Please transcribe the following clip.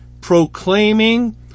proclaiming